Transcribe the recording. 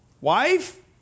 Wife